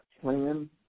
plan